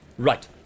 Right